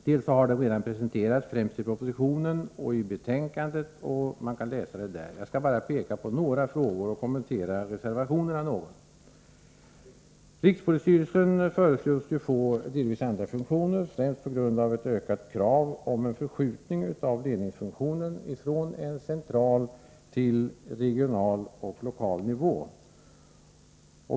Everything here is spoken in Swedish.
Det har redan presenterats, främst i propositionen och i betänkandet. Den intresserade kan läsa om det där. Jag skall bara peka på vissa frågor och något kommentera reservationerna. Rikspolisstyrelsen föreslås få delvis andra funktioner, främst på grund av ett ökat krav på en förskjutning av ledningsfunktionen från central till regional och lokal nivå.